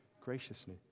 graciously